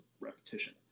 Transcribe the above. repetition